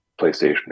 PlayStation